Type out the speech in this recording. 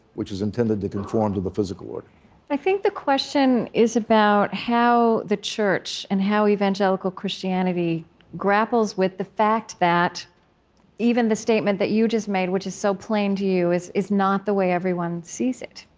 which is intended to conform to the physical order i think the question is about how the church and how evangelical christianity grapples with the fact that even the statement that you just made, which is so plain to you, is is not the way everyone sees it.